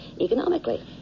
economically